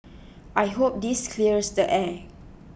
I hope this clears the air